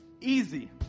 easy